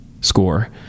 score